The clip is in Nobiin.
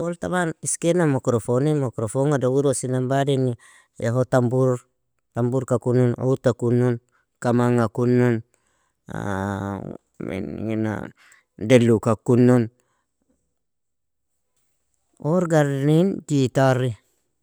Odor taban iskenan mokrofoni, makrofonga dauruosinan bading, yaho tambur tamburka, kunin, uta kunnon, kamanga kunnon, menigina deluka kunnon, orgarnin, jitari.